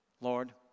Lord